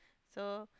so